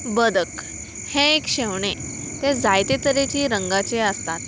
बदक हें एक शेवणें तें जायते तरेची रंगाचे आसतात